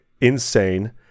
insane